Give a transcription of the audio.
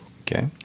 Okay